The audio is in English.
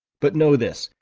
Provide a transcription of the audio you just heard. but know this,